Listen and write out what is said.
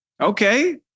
Okay